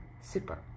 super